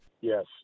Yes